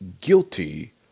guilty